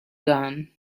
gun